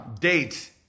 date